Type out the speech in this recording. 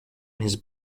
his